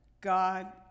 God